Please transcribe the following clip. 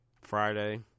Friday